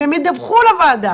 והם ידווחו לוועדה.